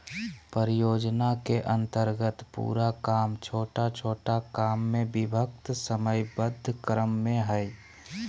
परियोजना के अन्तर्गत पूरा काम छोटा छोटा काम में विभक्त समयबद्ध क्रम में हइ